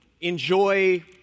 enjoy